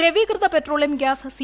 ദ്രവീകൃത petroleum gas C